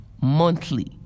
monthly